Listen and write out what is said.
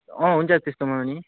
अँ हुन्छ त्यस्तोमा पनि